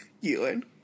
ewan